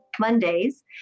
Mondays